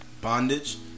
bondage